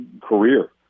career